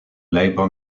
labor